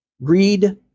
read